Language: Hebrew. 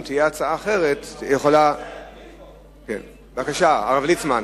אם תהיה הצעה אחרת, הרב ליצמן,